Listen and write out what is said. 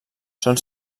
són